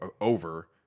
over